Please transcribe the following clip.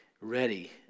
ready